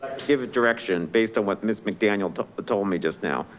give a direction based on what ms. mcdaniel told me just now.